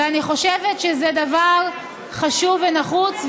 ואני חושבת שזה דבר חשוב ונחוץ.